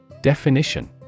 Definition